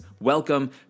welcome